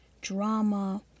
drama